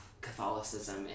Catholicism